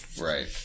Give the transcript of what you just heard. Right